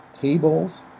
tables